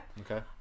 Okay